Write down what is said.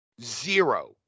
Zero